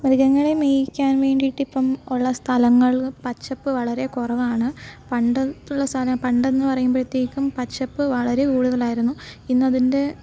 മൃഗങ്ങളെ മേയ്ക്കാന് വേണ്ടിയിട്ട് ഇപ്പം ഉള്ള സ്ഥലങ്ങൾ പച്ചപ്പ് വളരെ കുറവാണ് പണ്ടുള്ള സ്ഥലം പണ്ട് എന്ന് പറയുമ്പോഴത്തേക്കും പച്ചപ്പ് വളരെ കൂടുതലായിരുന്നു ഇന്ന് അതിന്റെ